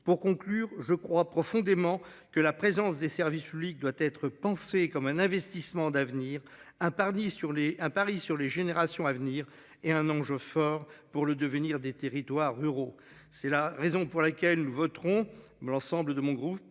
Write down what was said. Pour conclure je crois profondément que la présence des services publics doit être pensé comme un investissement d'avenir. Ah, pardi. Sur les un Paris sur les générations à venir est un enjeu fort pour le devenir des territoires ruraux. C'est la raison pour laquelle nous voterons m'l'ensemble de mon groupe